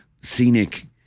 scenic